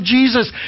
Jesus